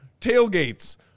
Tailgates